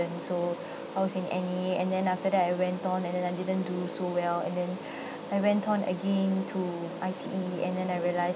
so I was in N_A and then after that I went on and then I didn't do so well and then I went on again to I_T_E and then I realise